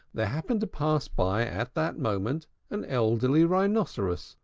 there happened to pass by at that moment an elderly rhinoceros,